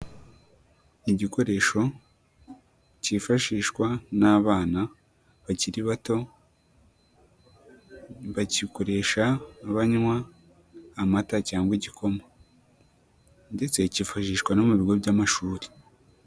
Igikoresho cyifashishwa n'abana bakiri bato bagikoresha banywa amata cyangwa igikoma ndetse kifashishwa no mu bigo by'amashuri.